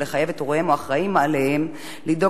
ולחייב את הוריהם או האחראים עליהם לדאוג